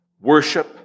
worship